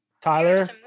Tyler